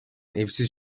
evsiz